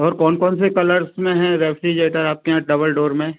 और कौन कौन से कलर्स में है रेफ्रिजरेटर आपके यहाँ डबल डोर में